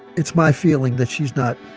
it's my feeling that she's not